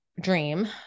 dream